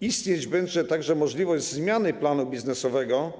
Istnieć będzie także możliwość zmiany planu biznesowego